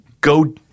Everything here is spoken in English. go